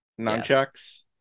nunchucks